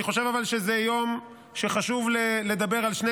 אני חושב שזה יום שחשוב לדבר בו על שני